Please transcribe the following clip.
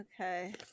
Okay